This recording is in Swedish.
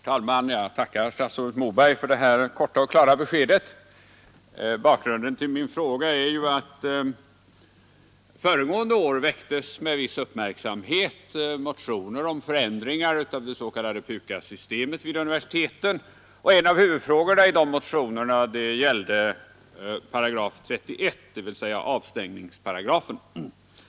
Herr talman! Jag tackar statsrådet Moberg för det korta och klara beskedet. Bakgrunden till min fråga är ju att föregående år väcktes — med viss uppmärksamhet — motioner om förändringar av det s.k. PUKAS-systemet vid universiteten. En av huvudfrågorna i motionerna gällde 31 8, dvs. 20 avstängningsparagrafen.